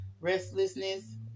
restlessness